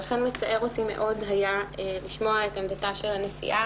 לכן ציער אותי מאוד לשמוע את עמדתה של הנשיאה,